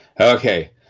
Okay